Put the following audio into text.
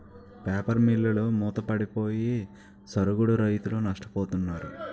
paper మిల్లులు మూతపడిపోయి సరుగుడు రైతులు నష్టపోతున్నారు